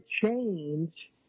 change